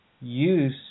use